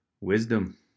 wisdom